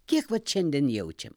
kiek vat šiandien jaučiam